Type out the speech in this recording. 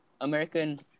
American